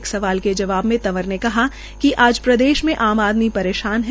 एक सवार के जवाब में तंवर ने कहा कि आज प्रदेश में आम आदमी परेशान है